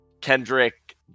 Kendrick